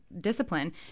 discipline